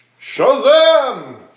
Shazam